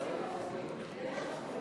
נתקבל.